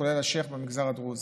כולל השייח' במגזר הדרוזי.